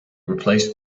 replaced